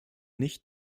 nicht